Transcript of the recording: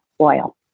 Oil